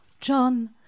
John